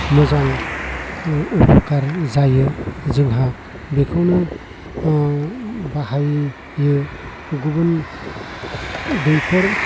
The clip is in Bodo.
मोजां उपकार जायो जोंहा बेखौनो बाहायो गुबुन दैखर